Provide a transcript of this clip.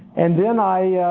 and then i